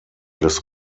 des